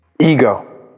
Ego